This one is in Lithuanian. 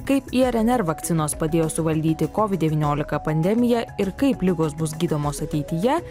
kaip irnr vakcinos padėjo suvaldyti kovid devyniolika pandemiją ir kaip ligos bus gydomos ateityje